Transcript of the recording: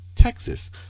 Texas